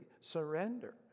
surrender